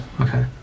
Okay